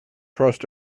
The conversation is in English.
trust